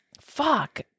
Fuck